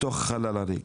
בתוך החלל הריק.